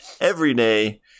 everyday